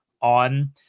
on